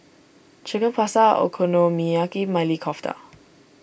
Chicken Pasta Okonomiyaki Maili Kofta